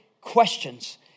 questions